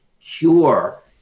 cure